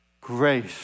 grace